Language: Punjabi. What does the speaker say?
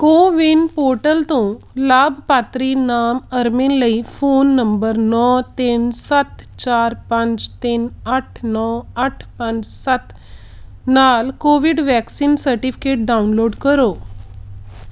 ਕੋਵਿਨ ਪੋਰਟਲ ਤੋਂ ਲਾਭਪਾਤਰੀ ਨਾਮ ਅਰਮਿਨ ਲਈ ਫ਼ੋਨ ਨੰਬਰ ਨੌਂ ਤਿੰਨ ਸੱਤ ਚਾਰ ਪੰਜ ਤਿੰਨ ਅੱਠ ਨੌਂ ਅੱਠ ਪੰਜ ਸੱਤ ਨਾਲ ਕੋਵਿਡ ਵੈਕਸੀਨ ਸਰਟੀਫਿਕੇਟ ਡਾਊਨਲੋਡ ਕਰੋ